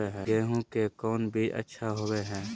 गेंहू के कौन बीज अच्छा होबो हाय?